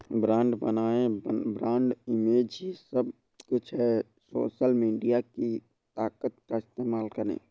brand बनाएं, brand image ही सब कुछ है, सोशल मीडिया की ताकत का इस्तेमाल करें